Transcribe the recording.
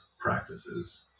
practices